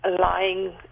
lying